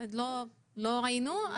לא ראינו.